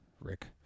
Rick